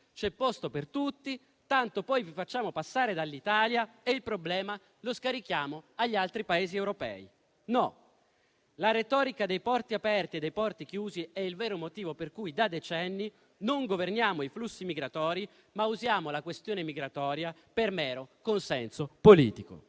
c'è posto per tutti, tanto poi vi facciamo passare dall'Italia e il problema lo scarichiamo agli altri Paesi europei". No, la retorica dei porti aperti e dei porti chiusi è il vero motivo per cui da decenni non governiamo i flussi migratori, ma usiamo la questione migratoria per mero consenso politico.